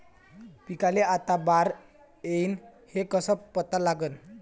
पिकाले आता बार येईन हे कसं पता लागन?